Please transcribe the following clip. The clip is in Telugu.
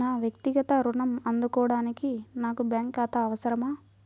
నా వక్తిగత ఋణం అందుకోడానికి నాకు బ్యాంక్ ఖాతా అవసరమా?